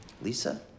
Lisa